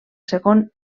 segon